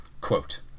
Quote